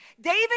David